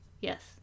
yes